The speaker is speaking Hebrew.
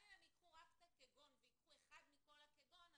גם אם הם ייקחו רק את ה-כגון וייקחו אחד מכל ה-כגון,